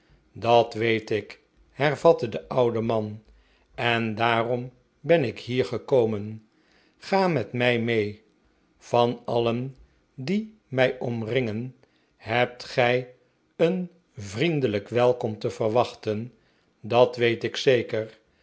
dat weet ik hervatte de oude man en daarom ben ik hier gekomen ga met mij mee van alien die mij omringen hebt gij een vriendelijk welkom te wachten dat weet ik zeker